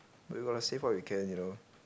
we got to save what we can you know